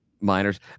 miners